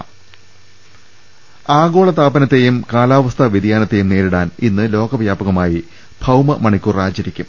രുമ്പ്പെട്ടിര ആഗോളതാപനത്തെയും കാലാവസ്ഥാ വൃതിയാനത്തെയും നേരിടാൻ ഇന്ന് ലോകവ്യാപകമായി ഭൌമമണിക്കൂർ ആചരിക്കും